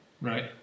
Right